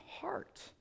heart